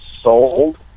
sold